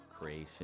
creation